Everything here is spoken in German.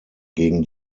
gegen